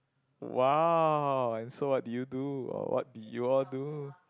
!wow! and so what did you do or what did you all do